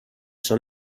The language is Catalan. són